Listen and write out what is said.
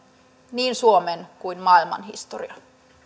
niin suomen kuin maailman historian